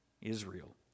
Israel